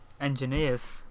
engineers